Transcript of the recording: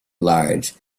large